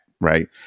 right